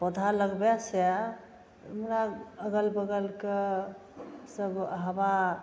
पौधा लगबैसे हमरा अगल बगलके सब हबा